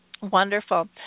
Wonderful